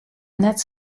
net